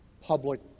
public